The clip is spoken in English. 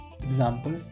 Example